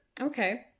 okay